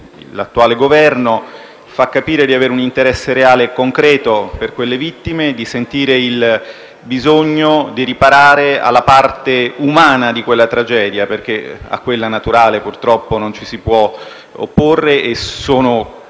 l'attuale Governo fa capire di avere un interesse reale e concreto per quelle vittime, di sentire il bisogno di riparare alla parte umana di quella tragedia, perché a quella naturale purtroppo non ci si può opporre. Sono